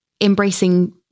embracing